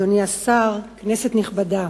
אדוני השר, כנסת נכבדה,